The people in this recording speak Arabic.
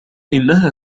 إنها